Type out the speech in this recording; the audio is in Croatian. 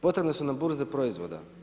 Potrebne su nam burze proizvoda.